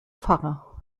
pfarrer